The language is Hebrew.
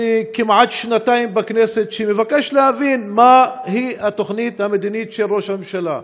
אני כמעט שנתיים בכנסת ומבקש להבין מהי התוכנית המדינית של ראש הממשלה.